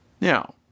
Now